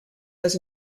was